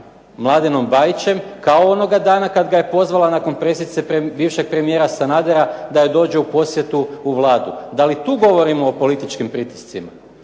Mladenom Bajićem kao onoga dana kad ga je pozvala nakon presice bivšeg premijera Sanadera da joj dođe u posjetu u Vladu. Da li tu govorimo o političkim pritiscima?